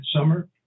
summer